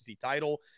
title